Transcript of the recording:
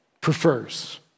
prefers